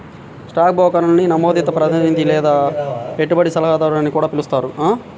stock బ్రోకర్ని నమోదిత ప్రతినిధి లేదా పెట్టుబడి సలహాదారు అని కూడా పిలుస్తారు